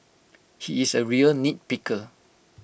he is A real nitpicker